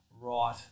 right